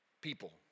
people